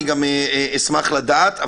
אני גם אשמח לדעת,